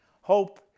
Hope